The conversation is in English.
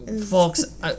Folks